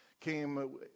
came